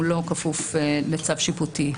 הוא לא כפוף לצו שיפוטי.